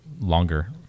longer